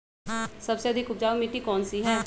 सबसे अधिक उपजाऊ मिट्टी कौन सी हैं?